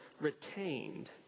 retained